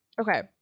Okay